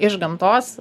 iš gamtos